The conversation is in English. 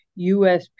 USP